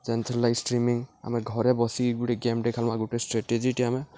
ଯେନ୍ଥିର୍ଲାଗି streaming ଆମେ ଘରେ ବସି ଗୁଟେ ଗେମ୍ଟେ ଖେଲ୍ମା ଗୁଟେ ଷ୍ଟ୍ରେଟେଜିଟେ ଆମେ